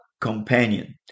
companion